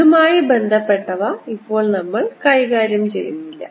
ഇതുമായി ബന്ധപ്പെട്ടവ ഇപ്പോൾ നമ്മൾ കൈകാര്യം ചെയ്യുന്നില്ല